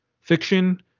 fiction